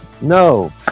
No